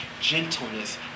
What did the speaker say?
gentleness